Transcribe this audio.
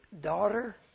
daughter